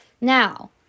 Now